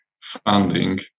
funding